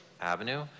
avenue